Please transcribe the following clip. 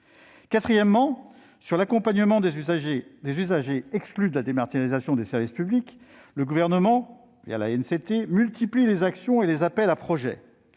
Quatrièmement, sur l'accompagnement des usagers exclus de la dématérialisation des services publics, le Gouvernement, par l'intermédiaire de l'ANCT, multiplie les actions et les appels à projets